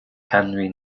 henry